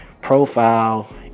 profile